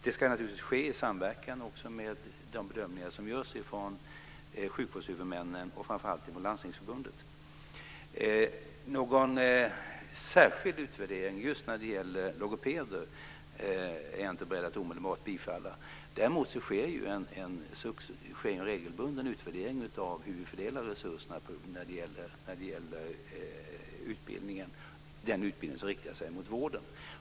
Det ska ske i samverkan med de bedömningar som görs från sjukvårdshuvudmännen och framför allt från Landstingsförbundet. Förslaget om en särskild utvärdering just när det gäller logopeder är jag inte beredd att omedelbart bifalla. Däremot sker det en regelbunden utvärdering av hur vi fördelar resurserna när det gäller den utbildning som riktar sig mot vården.